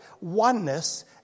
oneness